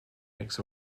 makes